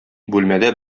бүлмәдә